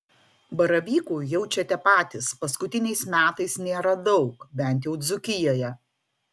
baravykų jaučiate patys paskutiniais metais nėra daug bent jau dzūkijoje